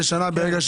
התפרסם בערוץ 7